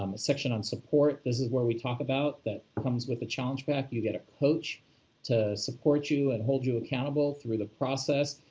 um section on support, this is where we talk about that comes with a challenge pack, you get a coach to support you and hold you accountable through the process.